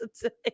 today